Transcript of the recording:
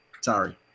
sorry